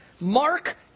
Mark